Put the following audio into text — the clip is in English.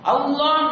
Allah